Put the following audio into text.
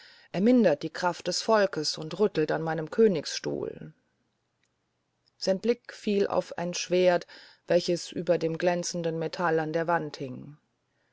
er mindert die kraft des volkes und rüttelt an meinem königsstuhl sein blick fiel auf ein schwert welches über dem glänzenden metall an der wand hing